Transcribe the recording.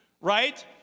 Right